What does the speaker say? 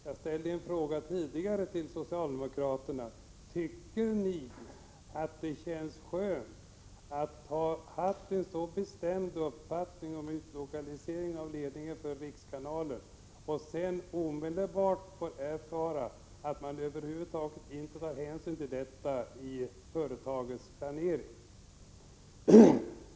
Jag ställde tidigare en fråga till socialdemokraterna: Tycker ni det är skönt att ha haft en sådan bestämd uppfattning om utlokaliseringen av ledningen för rikskanalen och sedan omedelbart få erfara att företaget över huvud taget inte tagit hänsyn till detta i planeringen?